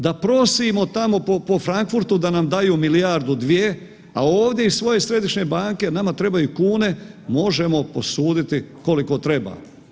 Da prosimo tamo po, po Frankfurtu da nam daju milijardu, dvije, a ovdje iz svoje središnje banke, nama trebaju kune, možemo posuditi koliko treba.